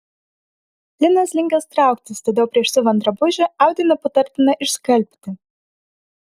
linas linkęs trauktis todėl prieš siuvant drabužį audinį patartina išskalbti